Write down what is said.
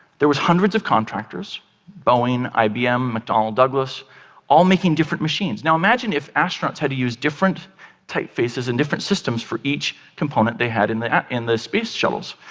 there was hundreds of contractors boeing, ibm, mcdonnell douglas all making different machines. now imagine if astronauts had to use different typefaces and different systems for each component they had in the in the space shuttles.